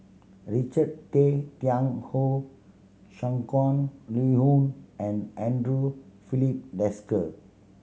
Richard Tay Tian Hoe Shangguan Liuyun and Andre Filipe Desker